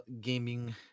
gaming